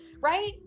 right